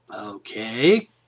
Okay